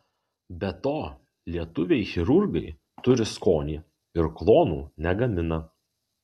be to lietuviai chirurgai turi skonį ir klonų negamina